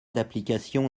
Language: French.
d’application